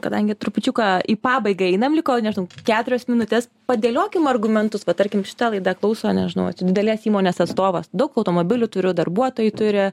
kadangi trupučiuką į pabaigą einam liko nežinau keturios minutės padėliokim argumentus va tarkim šitą laidą klauso nežinau didelės įmonės atstovas daug automobilių turiu darbuotojai turi